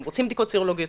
אם רוצים בדיקות סרולוגיות.